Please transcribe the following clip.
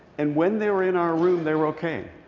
and when they were in our room, they were okay.